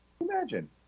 Imagine